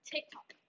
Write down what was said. TikTok